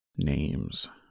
Names